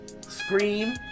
Scream